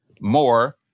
more